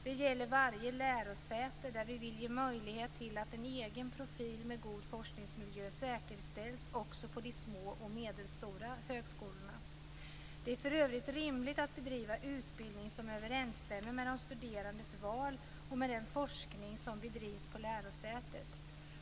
Detta gäller varje lärosäte där vi vill ge möjlighet till att en egen profil med god forskningsmiljö säkerställs också på de små och medelstora högskolorna. Det är för övrigt rimligt att bedriva utbildning som överensstämmer med de studerandes val och med den forskning som bedrivs på lärosätet.